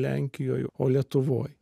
lenkijoj o lietuvoj